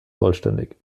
vollständig